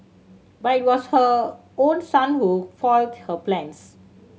but it was her own son who foiled her plans